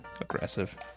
aggressive